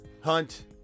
Hunt